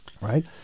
right